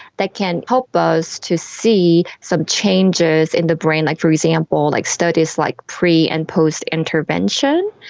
that can help us to see some changes in the brain, like for example like studies like pre and post intervention,